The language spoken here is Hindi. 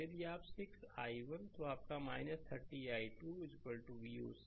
तो यदि आप 60 i1 तो आपका 30 i2 Voc